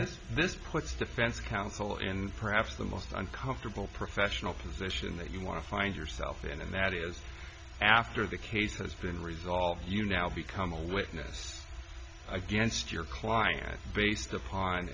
think this puts defense counsel in perhaps the most uncomfortable professional position that you want to find yourself in and that is after the case has been resolved you now become a witness against your client based upon